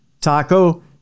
Taco